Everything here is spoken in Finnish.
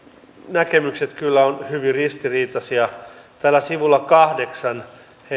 näkemykset kyllä ovat hyvin ristiriitaisia täällä sivulla kahdeksan